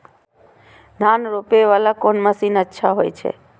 धान रोपे वाला कोन मशीन अच्छा होय छे?